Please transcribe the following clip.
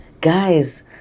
guys